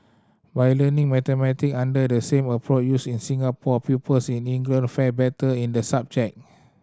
by learning mathematics under the same approach used in Singapore pupils in England fared better in the subject